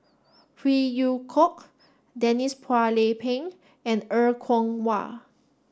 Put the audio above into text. Phey Yew Kok Denise Phua Lay Peng and Er Kwong Wah